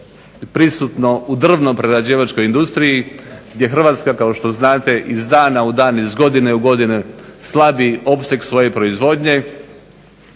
prisutno u drvno-prerađivačkoj industriji gdje Hrvatska kao što znate iz dana u dan, iz godine u godinu slabi opseg svoje proizvodnje